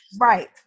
Right